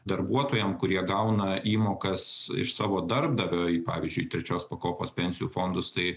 darbuotojam kurie gauna įmokas iš savo darbdavioį pavyzdžiui trečios pakopos pensijų fondus tai